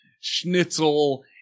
schnitzel